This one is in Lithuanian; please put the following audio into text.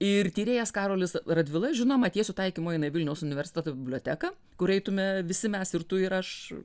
ir tyrėjas karolis radvila žinoma tiesiu taikymu eina į vilniaus universiteto biblioteką kur eitumėme visi mes ir tu ir aš